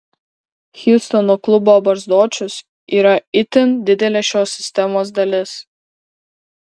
hjustono klubo barzdočius yra itin didelė šios sistemos dalis